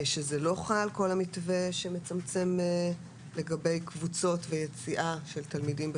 שזה לא חל כל המתווה שמצמצם לגבי קבוצות ויציאה של תלמידים בפנימיות.